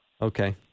Okay